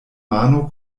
mano